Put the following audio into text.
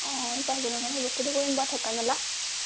অঁ পাঁচ দিনৰ কাৰণে ব্যৱস্থা কৰি দিম বাৰু থকা মেলা